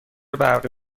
برقی